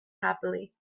happily